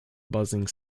buzzing